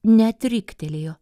net riktelėjo